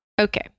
Okay